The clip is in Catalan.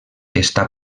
està